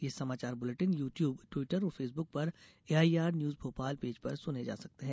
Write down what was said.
ये समाचार bulletin YouTube Twitter और फेसबुक पर एआईआर न्यूज भोपाल पेज पर सुने जा सकते हैं